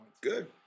Good